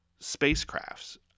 spacecrafts